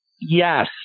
Yes